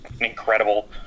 incredible